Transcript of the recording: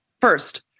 First